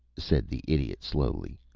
said the idiot, slowly,